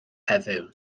heddiw